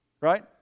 Right